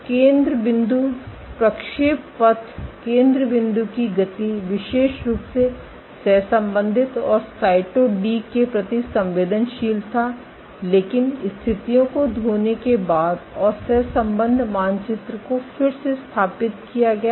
तो केंद्र बिंदु प्रक्षेपपथ केंद्र बिंदु की गति विशेष रूप से सहसंबंधित और साइटो डी के प्रति संवेदनशील था लेकिन स्थितियों को धोने के बाद और सहसंबंध मानचित्र को फिर से स्थापित किया गया